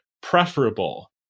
preferable